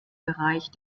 bereich